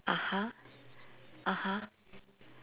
(uh huh) (uh huh)